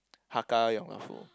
Hakka Yong-Tau-Foo